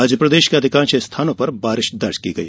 आज प्रदेश के अधिकांश स्थानों पर बारिश दर्ज की गई